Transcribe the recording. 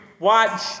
Watch